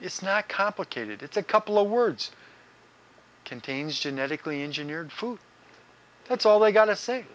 it's not complicated it's a couple of words contains genetically engineered food that's all they got